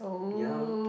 ya